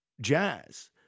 jazz